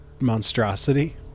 monstrosity